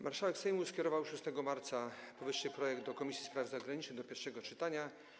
Marszałek Sejmu skierował 6 marca powyższy projekt do Komisji Spraw Zagranicznych do pierwszego czytania.